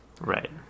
Right